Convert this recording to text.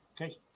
Okay